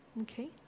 okay